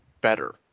better